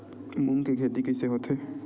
मूंग के खेती कइसे होथे?